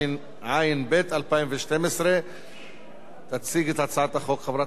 התשע"ב 2012. תציג את הצעת החוק חברת הכנסת זהבה גלאון.